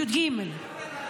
י"ג.